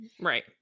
Right